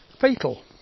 fatal